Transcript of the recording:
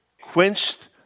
quenched